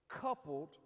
Coupled